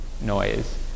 noise